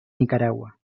nicaragua